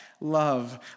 love